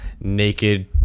naked